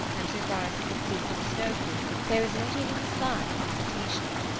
and, so far as we could see through the snowfall, there was not even the sign of habitation.